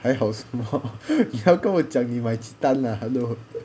还好什么 你要跟我讲你买几单 lah hello